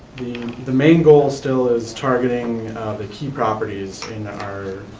the main goal still is targeting the key properties in our